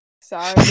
Sorry